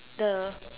the